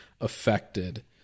affected